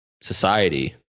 society